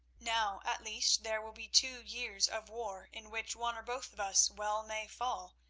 now at least there will be two years of war in which one or both of us well may fall,